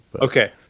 Okay